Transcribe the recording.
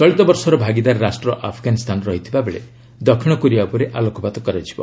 ଚଳିତବର୍ଷର ଭାଗିଦାର ରାଷ୍ଟ୍ର ଆଫଗାନିସ୍ଥାନ ରହିଥିବା ବେଳେ ଦକ୍ଷିଣକୋରିଆ ଉପରେ ଆଲୋକପାତ କରାଯିବ